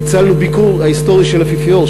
ניצלנו את הביקור ההיסטורי של האפיפיור,